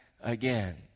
again